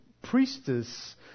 priestess